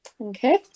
Okay